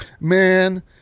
man